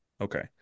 Okay